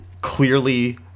clearly